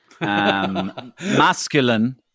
masculine